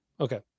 Okay